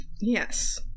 Yes